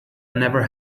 never